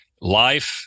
Life